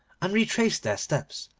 and retraced their steps,